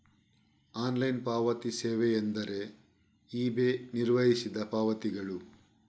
online ಪಾವತಿ ಸೇವೆಯೆಂದರೆ eBay ನಿರ್ವಹಿಸಿದ ಪಾವತಿಗಳು